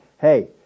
Hey